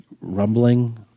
rumbling